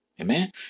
Amen